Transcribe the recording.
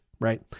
right